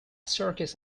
circus